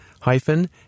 hyphen